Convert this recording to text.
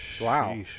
Wow